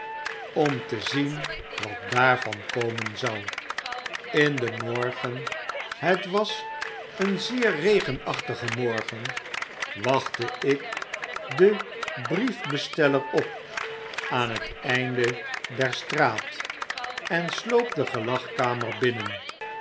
om te zien wat daarvan komen zou in den raorgen het was een zeer regenachtige morgen wachtte ik den briefbesteller op aan het einde der straat en sloop de gelagkamer binnen